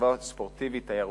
רכיבה ספורטיבית-תיירותית,